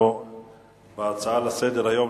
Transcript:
אנחנו בהצעה לסדר-היום.